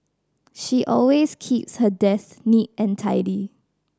she always keeps her desk neat and tidy